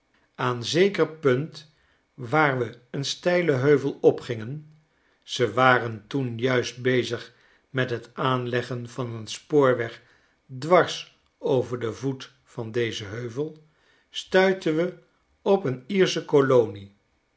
aan zeker punt waar we een steilen heuvel opgingen ze waren toen juist bezig met het aanleggen van een spoorweg dwars over den voet van dezen heuvel stuitten we op een iersche kolonie